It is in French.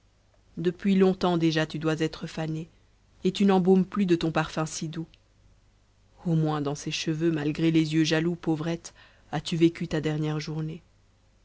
depuis longtemps déjà tu dois être fanée et tu n'embaumes plus de ton parfum si doux au moins dans ses cheveux malgré les yeux jaloux pauvrette as-tu vécu ta dernière journée